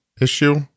issue